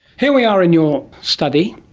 here we are in your study,